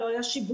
לא היה שיבוש.